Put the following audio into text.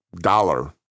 dollar